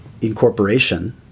incorporation